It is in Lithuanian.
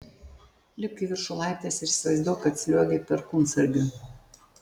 lipk į viršų laiptais ir įsivaizduok kad sliuogi perkūnsargiu